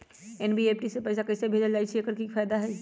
NEFT से पैसा कैसे भेजल जाइछइ? एकर की फायदा हई?